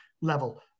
level